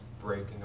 breaking